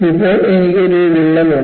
ഇപ്പോൾ എനിക്ക് ഒരു വിള്ളൽ ഉണ്ട്